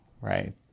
right